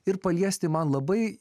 ir paliesti man labai